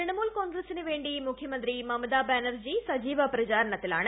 തൃണമൂൽ കോൺഗ്രസിന് വേണ്ടി മുഖ്യമന്ത്രി മമതാ ബാനർജി സജീവ പ്രചാരണത്തിലാണ്